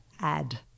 add